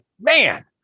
Man